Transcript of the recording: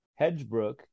hedgebrook